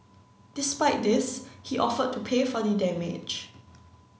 despite this he offered to pay for the damage